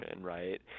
right